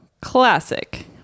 classic